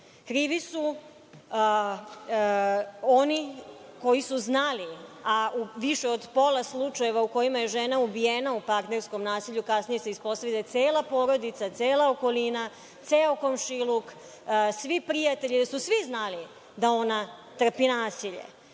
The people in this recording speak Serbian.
su oni koji su znali, a u više od pola slučajeva u kojima je žena ubijena u partnerskom nasilju kasnije se ispostavi da je cela porodica, cela okolina, ceo komšiluk, svi prijatelji, da su svi znali da ona trpi nasilje.